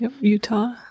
Utah